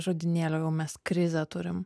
žodynėlio jau mes krizę turim